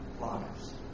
lives